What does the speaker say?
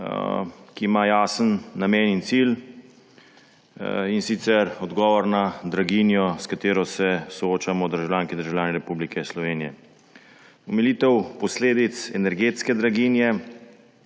ki ima jasen namen in cilj, in sicer odgovor na draginjo, s katero se soočamo državljanke in državljani Republike Slovenije, omilitev posledic energetske draginje,